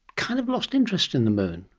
kind of lost interest in the moon.